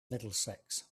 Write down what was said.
middlesex